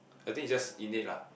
I think it just innate lah